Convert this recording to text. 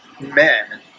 men